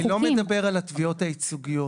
אני לא מדבר על התביעות הייצוגיות.